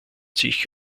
sich